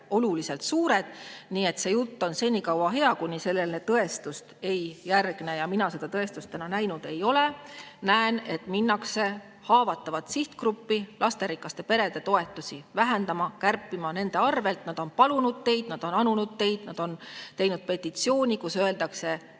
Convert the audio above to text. ole suured. See jutt on hea senikaua, kuni sellele tõestust ei järgne. Mina seda tõestust täna näinud ei ole. Näen, et minnakse haavatava sihtgrupi, lasterikaste perede toetusi vähendama, hakatakse kärpima nende arvel. Nad on palunud teid, nad on anunud teid, nad on teinud petitsiooni, kus öeldakse,